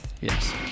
yes